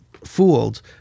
fooled